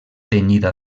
tenyida